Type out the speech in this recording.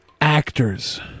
actors